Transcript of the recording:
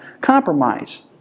Compromise